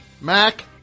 Mac